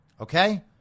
Okay